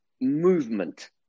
movement